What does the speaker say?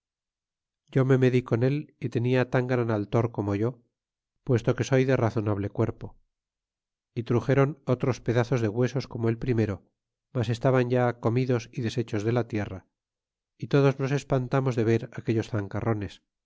yo me medi con él y tenia tan gran altor como yo puesto que soy de razonable cuerpo y truxéron otros pedazos de huesos como el primero mas estaban ya comidos y deshechos de la tierra y todos nos espantamos de ver aquellos zancarrones